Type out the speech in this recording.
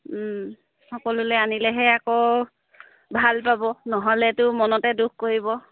সকলোলে আনিলেহে আকৌ ভাল পাব নহ'লেতো মনতে দুখ কৰিব